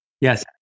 Yes